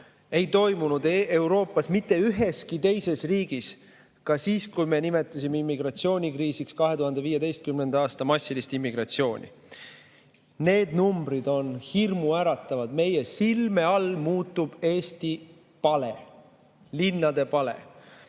ei toimunud Euroopas mitte üheski teises riigis ka siis, kui me nimetasime immigratsioonikriisiks 2015. aasta massilist immigratsiooni. Need numbrid on hirmuäratavad. Meie silme all muutub Eesti pale, Eesti linnade pale. Need